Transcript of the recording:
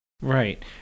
Right